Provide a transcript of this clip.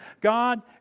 God